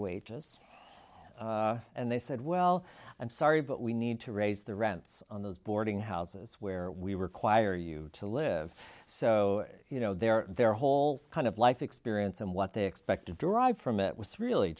wages and they said well i'm sorry but we need to raise the rents on those boarding houses where we require you to live so you know their their whole kind of life experience and what they expected derive from it was really